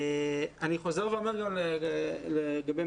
אני חוזר ואומר בהתייחס לדבריו של